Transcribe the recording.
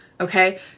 Okay